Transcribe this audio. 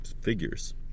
figures